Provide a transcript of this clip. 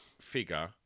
figure